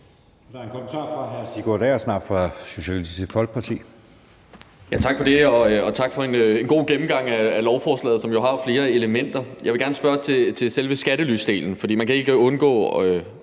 Der er en kommentar fra hr. Sigurd Agersnap fra Socialistisk Folkeparti. Kl. 12:17 Sigurd Agersnap (SF): Tak for det. Og tak for en god gennemgang af lovforslaget, som jo har flere elementer. Jeg vil gerne spørge til selve skattelydelen. For man kan ikke undgå,